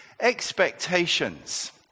expectations